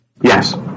Yes